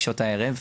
בשעות הערב.